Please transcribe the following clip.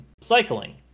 cycling